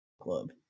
club